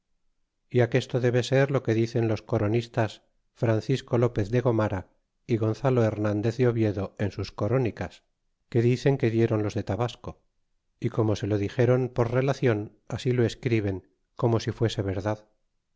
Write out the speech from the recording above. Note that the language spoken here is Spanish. y aquesto debe ser lo que dicen los coronis tas francisco lopez de gomara y gonzalo flernandez de oviedo en sus corónicas que dicen que dieron los de tabasco y como se lo dixeron por relacion así lo escriben como si fuese verdad